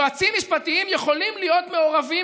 יועצים משפטיים יכולים להיות מעורבים